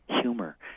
humor